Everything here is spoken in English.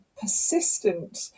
persistent